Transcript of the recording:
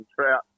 trout